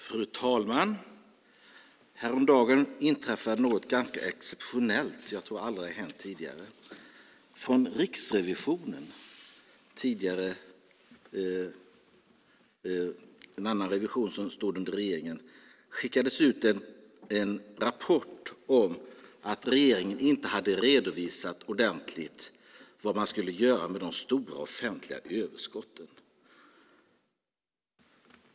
Fru talman! Häromdagen inträffade något ganska exceptionellt - jag tror att det aldrig har hänt tidigare. Från Riksrevisionen - tidigare en annan revision, som stod under regeringen - skickades det ut en rapport om att regeringen inte hade redovisat ordentligt vad man skulle göra med de stora offentliga överskotten.